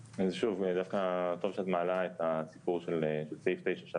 לבן): רגע, מה זה סעיף 9?